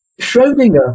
Schrodinger